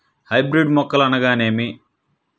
Hybrid మొక్కలు అనగానేమి?